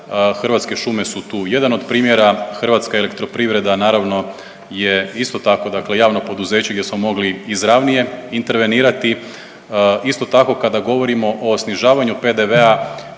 Hrvatske šume su tu jedan od primjera, HEP naravno je isto tako dakle javno poduzeće gdje smo mogli izravnije intervenirati. Isto tako kada govorimo o snižavanju PDV-a